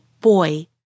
boy